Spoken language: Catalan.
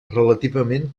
relativament